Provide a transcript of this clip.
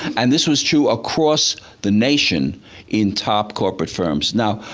and this was true across the nation in top corporate firms. now,